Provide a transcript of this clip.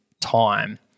time